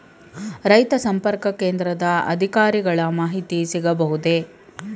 ರೈತ ಸಂಪರ್ಕ ಕೇಂದ್ರದ ಅಧಿಕಾರಿಗಳ ಮಾಹಿತಿ ಸಿಗಬಹುದೇ?